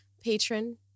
Patron